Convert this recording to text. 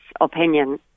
opinion